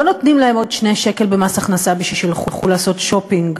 לא נותנים להם עוד 2 שקל במס ההכנסה בשביל שילכו לעשות שופינג,